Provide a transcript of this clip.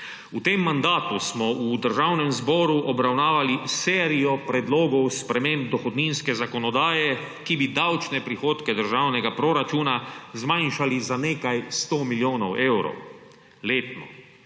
V tem mandatu smo v Državnem zboru obravnavali serijo predlogov sprememb dohodninske zakonodaje, ki bi davčne prihodke državnega proračuna zmanjšali za nekaj sto milijonov evrov letno.